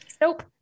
Nope